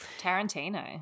Tarantino